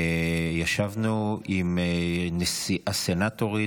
ישבנו עם הסנטורית,